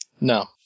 No